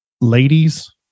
ladies